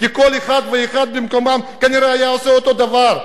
כי כל אחד ואחד במקומם כנראה היה עושה אותו דבר,